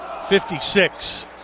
56